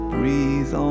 Breathe